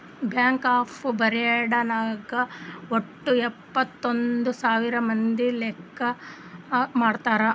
bank of Baroda ನಾಗ್ ವಟ್ಟ ಎಂಭತ್ತೈದ್ ಸಾವಿರ ಮಂದಿ ಕೆಲ್ಸಾ ಮಾಡ್ತಾರ್